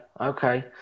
okay